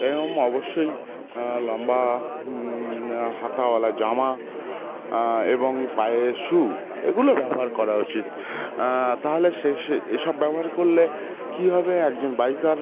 এবং অবশ্যই লম্বা হাতাওয়ালা জামা এবং পায়ে শু এগুলো ব্যবহার করা উচিত তাহলে সে সে এসব ব্যবহার করলে কী হবে একজন বাইকার